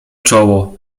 czoło